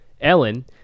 Ellen